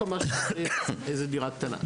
זה כל מה שהוא צריך, איזו דירה קטנה.